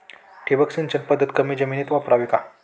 ठिबक सिंचन पद्धत कमी जमिनीत वापरावी का?